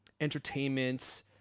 entertainment